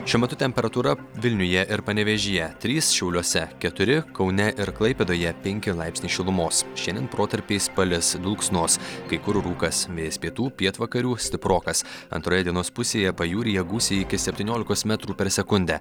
šiuo metu temperatūra vilniuje ir panevėžyje trys šiauliuose keturi kaune ir klaipėdoje penki laipsniai šilumos šiandien protarpiais palis dulksnos kai kur rūkas vėjas pietų pietvakarių stiprokas antroje dienos pusėje pajūryje gūsiai iki septyniolikos metrų per sekundę